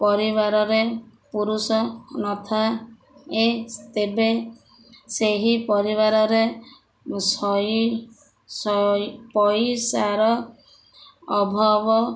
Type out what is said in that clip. ପରିବାରରେ ପୁରୁଷ ନଥାଏ ତେବେ ସେହି ପରିବାରରେ ଶଇ ଶ ପଇସାର ଅଭାବ